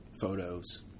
photos